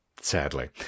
Sadly